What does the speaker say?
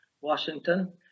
Washington